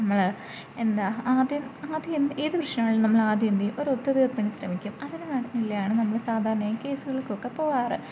നമ്മൾ എന്താണ് ആദ്യം ആദ്യം എന്ത് ഏത് പ്രശ്നമാണെങ്കിലും നമ്മൾ ആദ്യം എന്ത് ചെയ്യും ഒരു ഒത്തു തീർപ്പിന് ശ്രമിക്കും അതിന് നടന്നില്ലേ ആണ് നമ്മൾ സാധാരണയായി കേസുകൾകൊക്കെ പോവാറ്